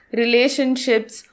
relationships